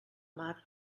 mar